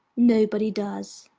nobody does.